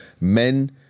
men